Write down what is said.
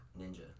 ninja